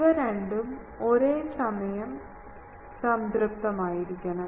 ഇവ രണ്ടും ഒരേസമയം സംതൃപ്തമായിരിക്കണം